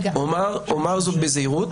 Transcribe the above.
אומר זאת בזהירות.